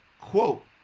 quote